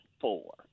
four